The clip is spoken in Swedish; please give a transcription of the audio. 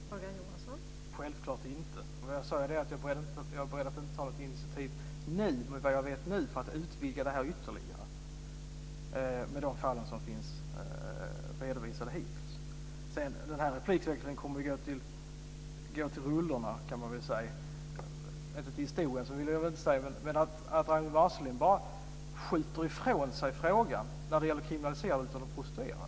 Fru talman! Självklart inte. Jag sade att jag inte är beredd att nu ta något initiativ mot bakgrund av vad jag nu vet och de fall som hittills finns redovisade för att utvidga det ytterligare. Den här replikväxlingen kommer att gå till rullorna, men inte till historien. Ragnwi Marcelind skjuter bara ifrån sig frågan om kriminalisering av de prostituerade.